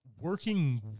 working